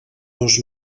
dos